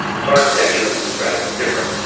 its architecture, which is radically different.